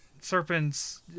Serpent's